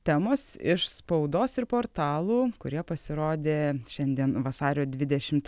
temos iš spaudos ir portalų kurie pasirodė šiandien vasario dvidešimt